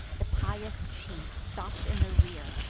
the pious chief stopp'd in the rear,